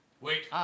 Wait